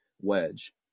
wedge